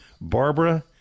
Barbara